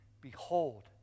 Behold